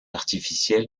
artificiel